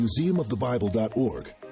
museumofthebible.org